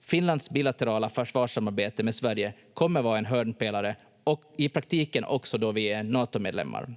Finlands bilaterala försvarssamarbete med Sverige kommer vara en hörnpelare i praktiken också då vi är Natomedlemmar.